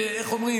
איך אומרים,